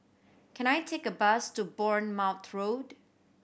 can I take a bus to Bournemouth Road